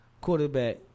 quarterback